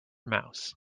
mouse